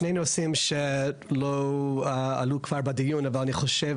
שני נושאים שלא עלו כבר בדיון אבל אני חושב,